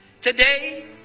Today